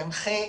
ינחה,